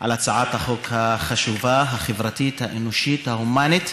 על הצעת החוק החשובה, החברתית, האנושית, ההומנית.